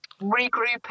regrouping